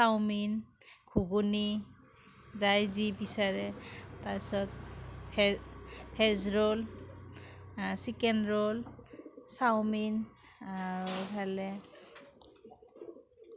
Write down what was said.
chowmein ghugni যাই যি বিচাৰে তাৰপিছত veg roll chicken roll chow mein আৰু এইফালে